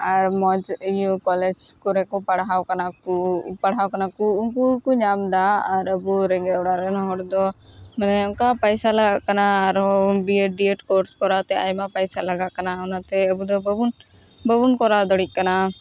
ᱟᱨ ᱢᱚᱡᱽ ᱤᱭᱟᱹ ᱠᱚᱞᱮᱡᱽ ᱠᱚᱨᱮᱠᱚ ᱯᱟᱲᱦᱟᱣ ᱠᱟᱱᱟᱠᱚ ᱯᱟᱲᱦᱟᱣ ᱠᱟᱱᱟᱠᱚ ᱩᱱᱠᱚ ᱠᱚ ᱧᱟᱢᱫᱟ ᱟᱨ ᱟᱹᱵᱩ ᱨᱮᱸᱜᱮᱡ ᱚᱲᱟᱜᱨᱮᱱ ᱦᱚᱲᱫᱚ ᱢᱟᱱᱮ ᱚᱝᱠᱟ ᱯᱟᱭᱥᱟ ᱞᱟᱜᱟᱜ ᱠᱟᱱᱟ ᱟᱨᱦᱚᱸ B Ed D Ed course ᱠᱚᱨᱟᱣᱛᱮ ᱟᱭᱢᱟ ᱯᱟᱭᱥᱟ ᱞᱟᱜᱟᱜ ᱠᱟᱱᱟ ᱚᱱᱟᱛᱮ ᱟᱵᱚᱫᱚ ᱵᱟᱹᱵᱩᱱ ᱵᱟᱹᱵᱩᱱ ᱠᱚᱨᱟᱣ ᱫᱟᱲᱮᱜ ᱠᱟᱱᱟ